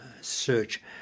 search